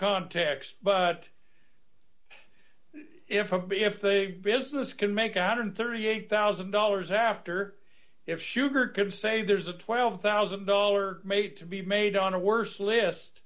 context but if a big if the business can make a one hundred and thirty eight thousand dollars after it sugar could say there's a twelve thousand dollars made to be made on a worse list